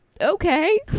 okay